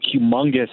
humongous